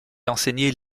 enseigner